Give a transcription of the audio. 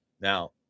now